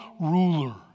ruler